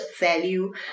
value